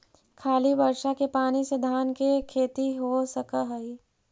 खाली बर्षा के पानी से धान के खेती हो सक हइ?